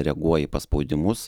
reaguoja į paspaudimus